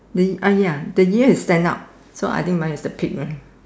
the ah ya the ear is stand up so I think mine is the pig uh